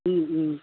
ও ও